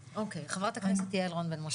אוקי, חה"כ יעל רון בן משה, בבקשה.